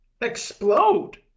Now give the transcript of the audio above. explode